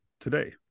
today